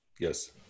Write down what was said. Yes